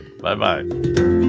Bye-bye